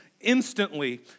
instantly